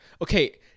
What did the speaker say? Okay